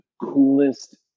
coolest